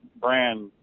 brand